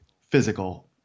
physical